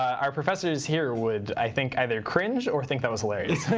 our professors here would, i think, either cringe or think that was hilarious.